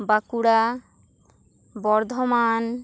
Bankura Bardhaman